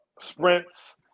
Sprints